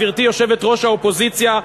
גברתי יושבת-ראש האופוזיציה,